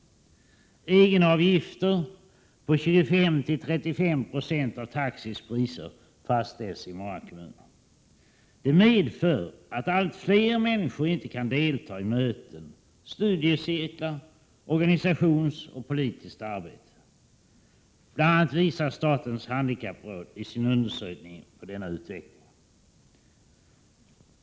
I många kommuner fastställs egenavgifter på 25-35 I av taxis priser. Detta medför att allt fler människor inte kan delta i möten, studiecirklar, organisationsarbete och politiskt arbete. Bl. a. visar statens handikappråd på denna utveckling i sin undersökning.